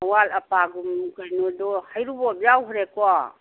ꯑꯋꯥꯠ ꯑꯄꯥꯒꯨꯝ ꯀꯩꯅꯣꯗꯣ ꯍꯩꯔꯤꯕꯣꯞ ꯌꯥꯎꯒ꯭ꯔꯦꯀꯣ